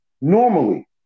normally